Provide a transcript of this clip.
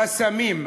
חסמים.